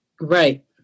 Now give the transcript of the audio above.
Right